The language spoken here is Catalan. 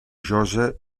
josa